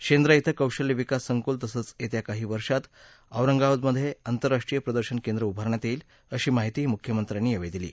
शेंद्रा िं कौशल्य विकास संकुल तसंच येत्या काही वर्षांत औरंगाबादमध्ये आंतरराष्ट्रीय प्रदर्शन केंद्र उभारण्यात येईल अशी माहितीही मुख्यमंत्र्यांनी यावेळी दिली